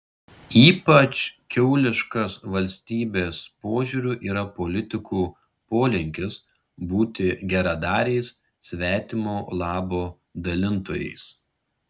ypač kiauliškas valstybės požiūriu yra politikų polinkis būti geradariais svetimo labo dalintojais